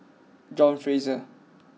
John Fraser